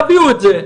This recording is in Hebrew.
תביאו את זה,